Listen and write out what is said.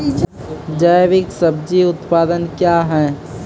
जैविक सब्जी उत्पादन क्या हैं?